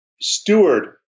steward